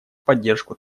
поддержку